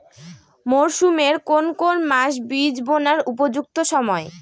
মরসুমের কোন কোন মাস বীজ বোনার উপযুক্ত সময়?